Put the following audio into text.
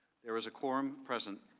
there is a quorum present.